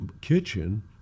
kitchen